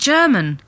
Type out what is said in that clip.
German